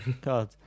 God